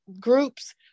groups